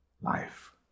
life